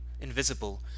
invisible